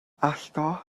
allgo